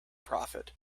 prophet